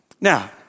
Now